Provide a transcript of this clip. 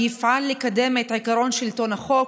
ויפעל לקדם את עיקרון שלטון החוק,